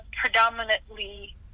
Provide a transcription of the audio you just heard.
predominantly